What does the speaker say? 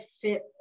fit